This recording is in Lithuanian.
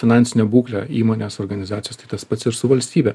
finansinę būklę įmonės organizacijos tai tas pats ir su valstybe